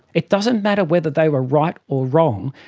it doesn't matter whether they were right or wrong,